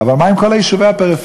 אבל מה עם כל יישובי הפריפריה,